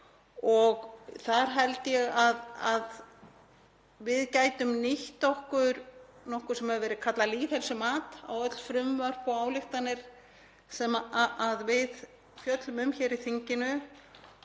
Þar held ég að við gætum nýtt okkur nokkuð sem hefur verið kallað lýðheilsumat á öll frumvörp og ályktanir sem við fjöllum um hér í þinginu.